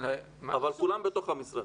אבל כולן בתוך המשרד.